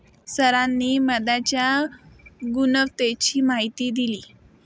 सरांनी मधाच्या गुणवत्तेची माहिती दिली